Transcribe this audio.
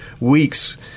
weeks